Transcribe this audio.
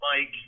Mike